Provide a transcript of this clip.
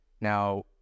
Now